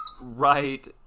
right